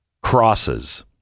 crosses